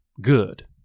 Good